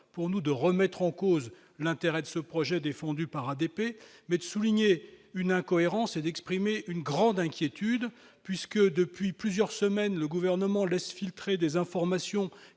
pour nous de remettre en cause l'intérêt de ce projet défendu par ADP mais de souligner une incohérence et d'exprimer une grande inquiétude puisque depuis plusieurs semaines, le gouvernement laisse filtrer des informations